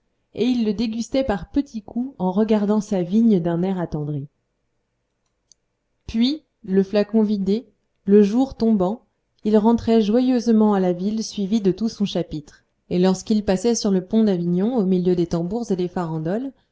et il le dégustait par petits coups en regardant sa vigne d'un air attendri puis le flacon vidé le jour tombant il rentrait joyeusement à la ville suivi de tout son chapitre et lorsqu'il passait sur le pont d'avignon au milieu des tambours et des farandoles